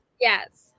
Yes